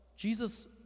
Jesus